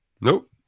Nope